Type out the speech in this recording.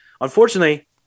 unfortunately